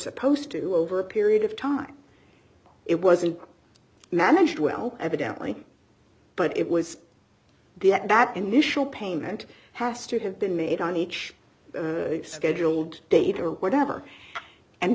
supposed to over a period of time it wasn't managed well evidently but it was the fact that initial payment has to have been made on each scheduled date or whatever and